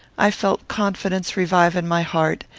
i felt confidence revive in my heart,